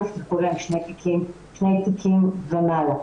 נפתחו להם שני תיקים ומעלה.